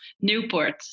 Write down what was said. Newport